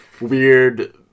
weird